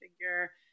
figure